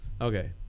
Okay